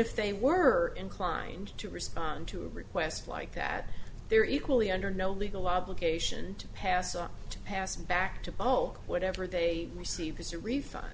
if they were inclined to respond to a request like that they're equally under no legal obligation to pass on passed back to blow whatever they received as a refund